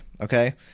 Okay